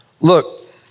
look